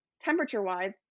temperature-wise